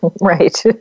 Right